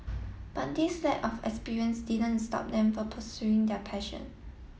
but this lack of experience didn't stop them from pursuing their passion